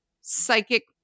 psychic